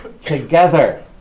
together